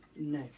No